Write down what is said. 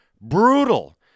brutal